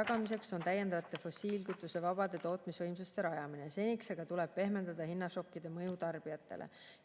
tagamiseks on täiendavate fossiilkütusevabade tootmisvõimsuste rajamine. Seniks aga tuleb pehmendada hinnašokkide mõju tarbijatele.